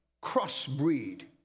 cross-breed